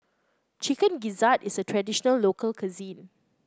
Chicken Gizzard is a traditional local cuisine